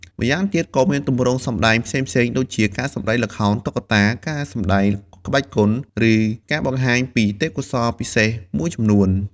ម្យ៉ាងទៀត ក៏មានទម្រង់សម្ដែងផ្សេងៗដូចជា ការសម្ដែងល្ខោនតុក្កតា ការសម្ដែងក្បាច់គុន ឬការបង្ហាញពីទេពកោសល្យពិសេសមួយចំនួន។